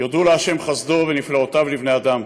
"יודו לה' חסדו ונפלאותיו לבני אדם".